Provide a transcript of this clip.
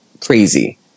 crazy